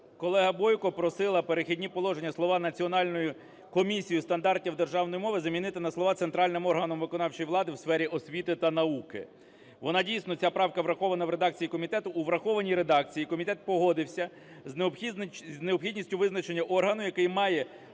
Колега Бойко просила "Перехідні положення" слова "Національною комісією стандартів державної мови" замінити на слова "центральним органом виконавчої влади у сфері освіти та науки". Вона, дійсно, ця правка врахована у редакції комітету. У врахованій редакції комітет погодився з необхідністю визначення органу, який має